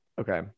Okay